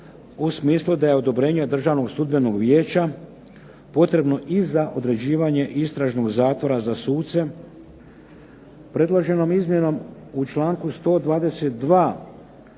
u smislu da je odobrenje Državnog sudbenog vijeća potrebno i za određivanje istražnog zatvora za suce. Predloženom izmjenom u članku 122.